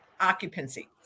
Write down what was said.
occupancy